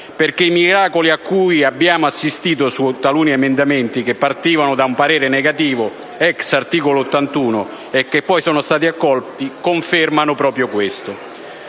perché i miracoli a cui abbiamo assistito su taluni emendamenti che partivano da un parere negativo *ex* articolo 81 della Costituzione e che poi sono stati accolti confermano proprio questo.